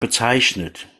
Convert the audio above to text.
bezeichnet